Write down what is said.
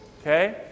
okay